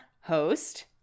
host